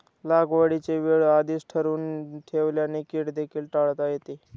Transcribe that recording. लागवडीची वेळ आधीच ठरवून ठेवल्याने कीड देखील टाळता येते